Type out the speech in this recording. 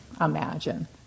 imagine